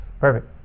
Perfect